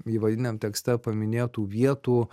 įvadiniam tekste paminėtų vietų